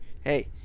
Hey